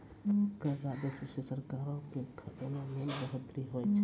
कर राजस्व से सरकारो के खजाना मे बढ़ोतरी होय छै